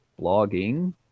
blogging